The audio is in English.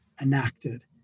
enacted